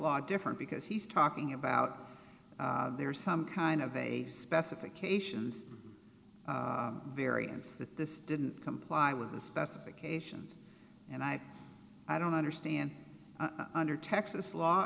law different because he's talking about there is some kind of a specifications variance that this didn't comply with the specifications and i i don't understand under texas law